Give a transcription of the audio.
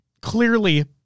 clearly